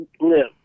live